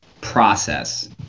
process